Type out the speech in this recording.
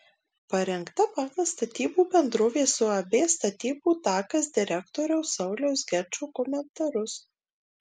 parengta pagal statybų bendrovės uab statybų takas direktoriaus sauliaus gečo komentarus